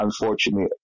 unfortunately